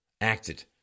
acted